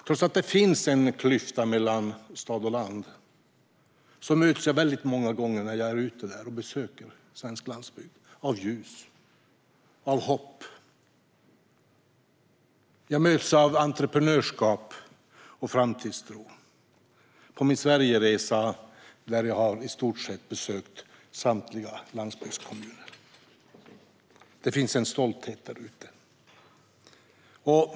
Trots att det finns en klyfta mellan stad och land möts jag väldigt många gånger, när jag är ute och besöker svensk landsbygd, av ljus och hopp. Jag möts av entreprenörskap och framtidstro på min Sverigeresa - jag har i stort sett besökt samtliga landsbygdskommuner. Det finns en stolthet där ute.